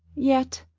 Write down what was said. yet